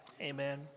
amen